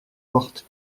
porte